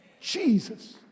Jesus